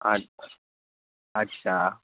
আচ্ছা আচ্ছা